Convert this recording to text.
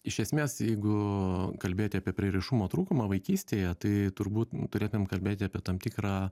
iš esmės jeigu kalbėti apie prieraišumo trūkumą vaikystėje tai turbūt turėtumėm kalbėti apie tam tikrą